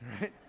Right